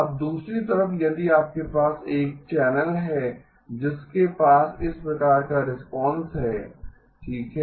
अब दूसरी तरफ यदि आपके पास एक चैनल है जिसके पास इस प्रकार का रिस्पांस है ठीक है